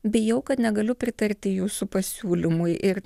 bijau kad negaliu pritarti jūsų pasiūlymui ir